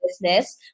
business